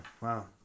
Wow